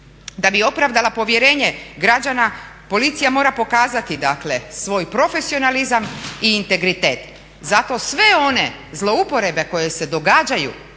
Da bi opravdala povjerenje građana policija mora pokazati dakle svoj profesionalizam i integritet. Zato sve one zlouporabe koje se događaju,